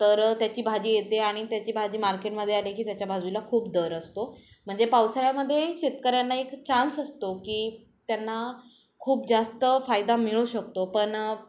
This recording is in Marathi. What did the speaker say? तर त्याची भाजी येते आणि त्याची भाजी मार्केटमध्ये आले की त्याच्या भाजीला खूप दर असतो म्हणजे पावसाळ्यामध्ये शेतकऱ्यांना एक चान्स असतो की त्यांना खूप जास्त फायदा मिळू शकतो पण